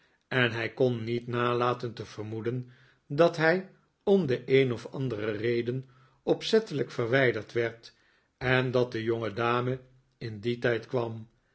en hij kon niet nalaten te vermoeden dat hij om de een of andere reden opzettelijk verwijderd werd en dat de jongedame in dien tijd kwam